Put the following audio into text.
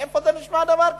איפה נשמע דבר כזה?